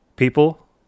People